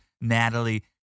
Natalie